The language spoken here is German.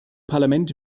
parlament